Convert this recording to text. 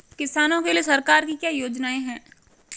किसानों के लिए सरकार की क्या योजनाएं हैं?